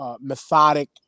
methodic